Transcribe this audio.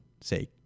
say